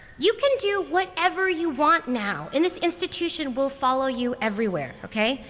you can do whatever you want now. and this institution will follow you everywhere. ok.